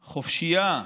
חופשייה.